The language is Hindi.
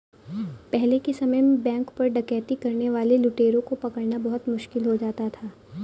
पहले के समय में बैंक पर डकैती करने वाले लुटेरों को पकड़ना बहुत मुश्किल हो जाता था